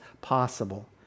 possible